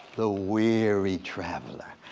the weary traveler.